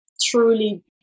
truly